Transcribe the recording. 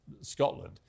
Scotland